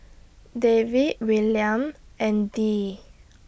David Willaim and Dee